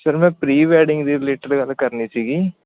sir ਮੈਂ pre wedding ਦੇ related ਗੱਲ ਕਰਨੀ ਸੀਗੀ